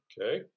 Okay